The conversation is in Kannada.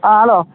ಆಂ ಅಲೋ